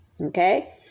Okay